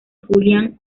julián